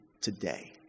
today